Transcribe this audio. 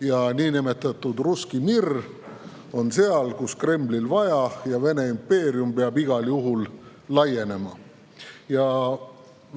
Ja niinimetatudrusski miron seal, kus Kremlil vaja. Ja Vene impeerium peab igal juhul laienema.